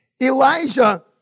Elijah